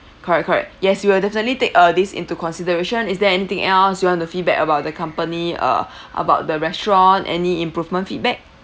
correct correct yes we'll definitely take uh this into consideration is there anything else you want to feedback about the company uh about the restaurant any improvement feedback